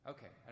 Okay